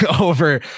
over